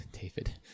David